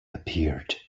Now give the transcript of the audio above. appeared